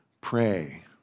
pray